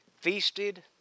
feasted